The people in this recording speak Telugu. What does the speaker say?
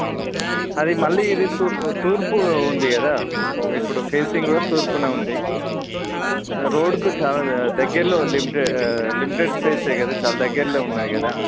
అది మళ్ళీ ఇది తూ తూర్పు ఉంది గదా ఇప్పుడు ఫేసింగ్ కూడా తూర్పున ఉంది రోడ్కు చాలా దగ్గరలో లిమిటెడ్ లిమిటెడ్ స్పేసే కదా చాలా దగ్గరలో ఉన్నాయి కదా